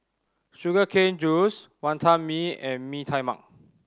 sugar cane juice Wantan Mee and Mee Tai Mak